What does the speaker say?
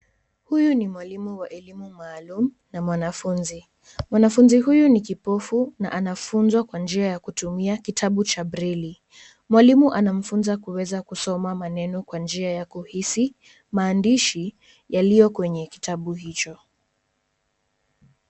Huyu ni mwalimu wa elimu maalum na mwanafunzi. Mwanafunzi huyu ni kipofu na anafunzwa kwa njia ya kutumia kitabu cha breli. Mwalimu anamfunza kuweza kusoma maneno kwa njia ya kuhisi maandishi yaliyo kwenye kitabu hicho.